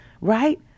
right